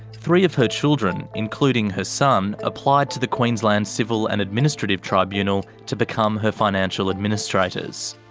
three of her children, including her son, applied to the queensland civil and administrative tribunal to become her financial administrators.